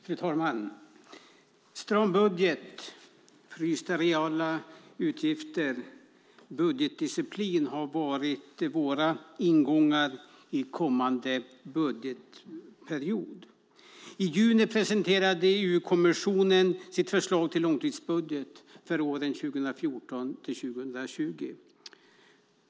Fru talman! Stram budget, frysta reala utgifter och budgetdisciplin har varit våra ingångar inför kommande budgetperiod. I juni presenterade EU-kommissionen sitt förslag till långtidsbudget för åren 2014-2020.